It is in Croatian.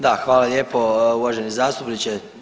Da, hvala lijepo uvaženi zastupniče.